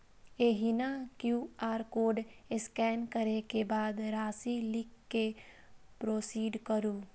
एहिना QR code scan करै के बाद राशि लिख कें प्रोसीड करू